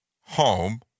home